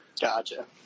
Gotcha